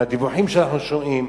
מהדיווחים שאנחנו שומעים,